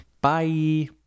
Bye